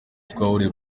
twahuriye